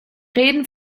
reden